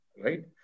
right